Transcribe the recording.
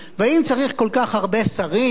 והאם צריך כל כך הרבה שרים?